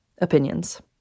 opinions